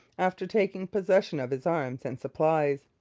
after taking possession of his arms and supplies.